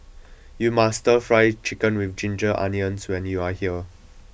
you must try Stir Fry Chicken with ginger onions when you are here